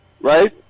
Right